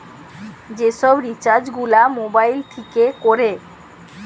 যে সব রিচার্জ গুলা মোবাইল থিকে কোরে